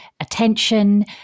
attention